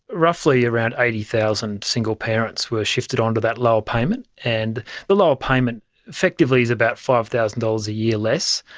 roughly around eighty thousand single parents were shifted onto that lower payment and the lower payment effectively is about five thousand dollars a year less.